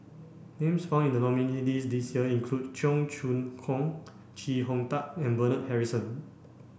names found in the nominees' list this year include Cheong Choong Kong Chee Hong Tat and Bernard Harrison